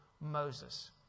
Moses